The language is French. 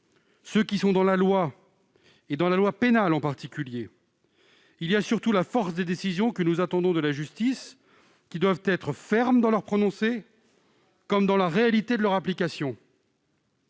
ceux qui sont dans la loi, dans la loi pénale en particulier. Il y a surtout la force des décisions que nous attendons de la justice, qui doivent être fermes dans leur prononcé comme dans la réalité de leur application.